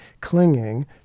clinging